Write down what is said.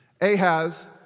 Ahaz